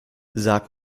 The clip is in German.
sag